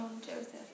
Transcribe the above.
Joseph